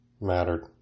mattered